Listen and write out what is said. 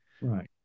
right